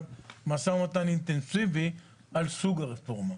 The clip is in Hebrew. משא ומתן אינטנסיבי על סוג הרפורמה.